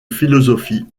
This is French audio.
philosophie